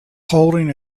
holding